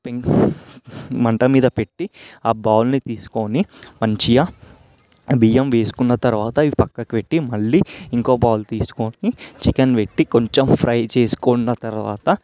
పెంకు మంట మీద పెట్టి ఆ బౌల్ని తీసుకొని మంచిగా బియ్యం వేసుకున్న తరువాత పక్కకి పెట్టి మళ్ళీ ఇంకో బౌల్ తీసుకొని చికెన్ పెట్టి కొంచెం ఫ్రై చేసుకొన్న తరువాత